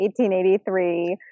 1883